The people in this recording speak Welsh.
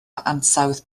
ansawdd